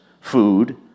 food